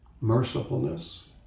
mercifulness